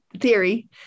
theory